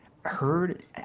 heard